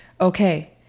okay